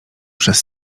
przez